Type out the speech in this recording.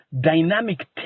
dynamic